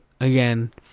again